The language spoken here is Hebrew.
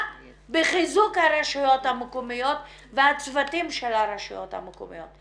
בחיזוק הרשויות המקומיות והצוותים של הרשויות המקומיות.